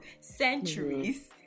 centuries